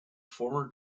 former